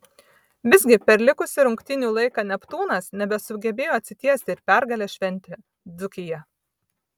visgi per likusį rungtynių laiką neptūnas nebesugebėjo atsitiesti ir pergalę šventė dzūkija